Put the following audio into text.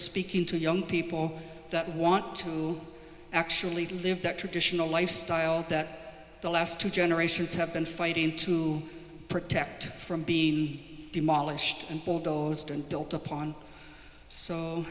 speaking to young people that want to actually live that traditional lifestyle that the last two generations have been fighting to protect from being demolished and bulldozed and built upon so